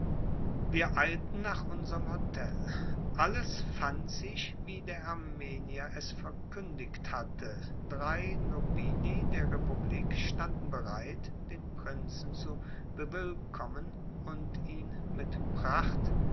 wir eilten nach unserm hotel alles fand sich wie der armenier es verkündigt hatte drei nobili der republik standen bereit den prinzen zu bewillkommen und ihn mit pracht